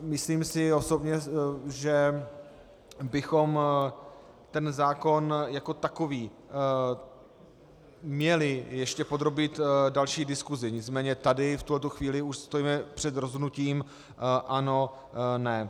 Myslím si osobně, že bychom zákon jako takový měli ještě podrobit další diskusi, nicméně tady v tuto chvíli už stojíme před rozhodnutím ano ne.